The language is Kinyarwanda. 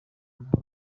amahoro